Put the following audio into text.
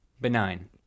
Benign